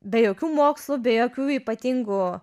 be jokių mokslų be jokių ypatingų